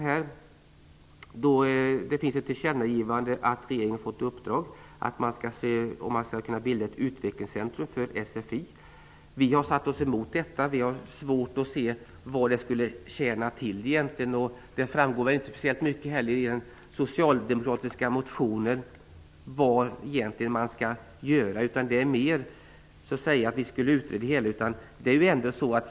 Det finns ett förslag om ett tillkännagivande till regeringen om att se över om man kan bilda ett utvecklingscentrum för sfi. Vi har satt oss emot detta. Vi har svårt att se vad det skulle tjäna till. Det framgår egentligen inte heller i den socialdemokratiska motionen vad man skall göra. Det handlar mer om att utreda det hela.